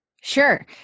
Sure